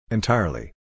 Entirely